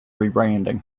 rebranding